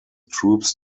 troops